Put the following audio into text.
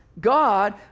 God